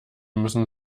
müssen